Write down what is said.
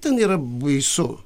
ten yra baisu